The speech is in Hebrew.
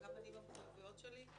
וגם אני במחויבויות שלי,